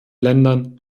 ländern